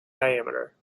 diameter